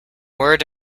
word